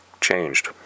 changed